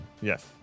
Yes